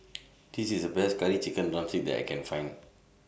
This IS The Best Curry Chicken Drumstick that I Can Find